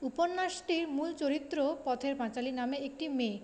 উপন্যাসটির মূল চরিত্র পথের পাঁচালী নামে একটি মেয়ে